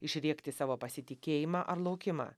išrėkti savo pasitikėjimą ar laukimą